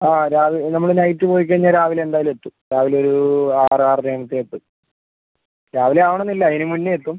ആ രാവി നമ്മൾ നൈറ്റ് പോയിക്കഴിഞ്ഞാൽ രാവിലെ എന്തായാലും എത്തും രാവിലൊരു ആറ് ആറരയാവുമ്പഴേക്കും എത്തും രാവിലെ ആവണെന്നില്ല അതിനുമുന്നെ എത്തും